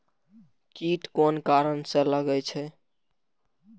कीट कोन कारण से लागे छै?